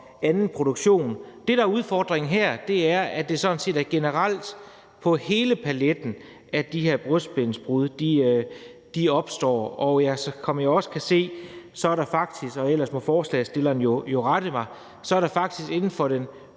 anden produktion, men udfordringen her er, at det sådan set gælder generelt for hele paletten, at de her brystbensbrud opstår. Og som jeg også kan se, er der faktisk – og ellers må forslagsstilleren jo rette mig – inden for den